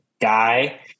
guy